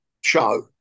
show